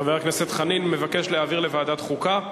חבר הכנסת חנין מבקש להעביר לוועדת החוקה.